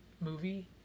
movie